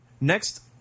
next